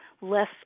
less